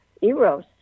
Eros